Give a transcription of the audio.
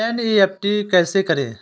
NEFT कैसे करें?